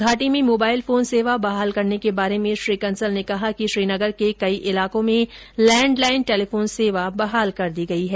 घाटी में mobile phone सेवा बहाल करने के बारे में श्री कंसल ने कहा कि श्रीनगर के कई इलाकों में लैंडलाइन टेलीफोन सेवा बहाल कर दी गई है